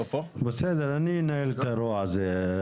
בסדר, אני אנהל את האירוע הזה.